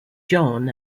john